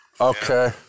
Okay